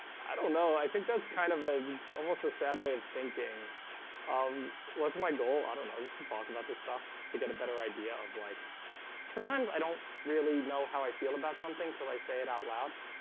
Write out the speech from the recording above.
i don't know. i think that's kind of a almost a sad way of thinking um what's my goal? i don't know just to and talk about this stuff to get a better idea of like sometimes i don't really know how i feel about something till i say it out loud